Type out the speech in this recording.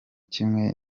kimwe